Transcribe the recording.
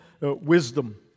wisdom